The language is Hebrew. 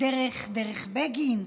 דרך בגין?